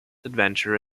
adventure